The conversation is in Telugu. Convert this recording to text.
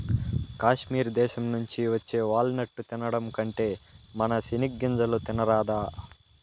కాశ్మీర్ దేశం నుంచి వచ్చే వాల్ నట్టు తినడం కంటే మన సెనిగ్గింజలు తినరాదా